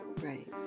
right